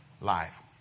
life